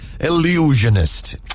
illusionist